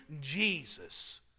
Jesus